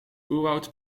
oerwoud